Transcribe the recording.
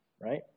right